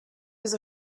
was